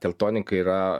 teltonika yra